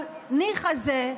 ניחא זה,